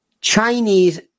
Chinese